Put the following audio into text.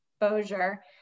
exposure